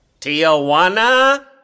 Tijuana